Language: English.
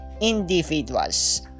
individuals